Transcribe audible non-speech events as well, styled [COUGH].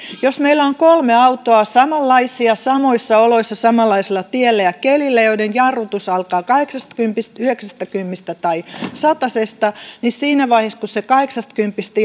jos meillä on kolme autoa samanlaisia samoissa oloissa samanlaisella tiellä ja kelillä joiden jarrutus alkaa kahdeksastakympistä yhdeksästäkympistä tai satasesta niin siinä vaiheessa kun se kahdeksastakympistä [UNINTELLIGIBLE]